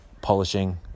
polishing